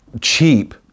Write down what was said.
cheap